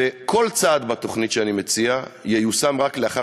וכל צעד בתוכנית שאני מציע ייושם רק לאחר